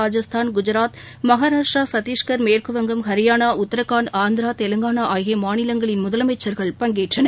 ராஜஸ்தான் குஜராத் மகாராஷ்டிரா சத்தீஷ்கர் மேற்குவங்கம் ஹரியானா உத்தரகாண்ட் ஆந்திரா தெலங்கானா ஆகிய மாநிலங்களின் முதலமைச்சர்கள் பங்கேற்றனர்